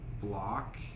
block